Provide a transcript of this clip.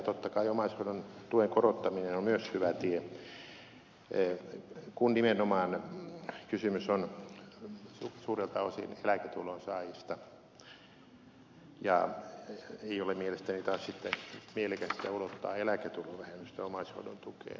totta kai omaishoidontuen korottaminen on myös hyvä tie kun nimenomaan kysymys on suurelta osin eläketulon saajista ja ei ole mielestäni taas sitten mielekästä ulottaa eläketulovähennystä omaishoidon tukeen